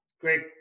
Great